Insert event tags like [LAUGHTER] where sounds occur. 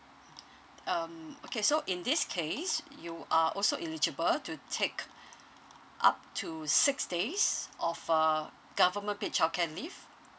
mm um okay so in this case you are also eligible to take [BREATH] up to six days of uh government paid childcare leave